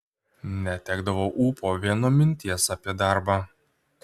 netekdavau ūpo vien nuo minties apie darbą